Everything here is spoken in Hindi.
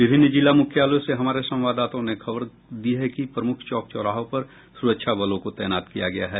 विभिन्न जिला मुख्यालयों से हमारे संवाददाताओं ने खबर दी है कि प्रमुख चौक चौराहों पर सुरक्षा बलों को तैनात किया गया है